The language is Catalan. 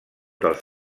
dels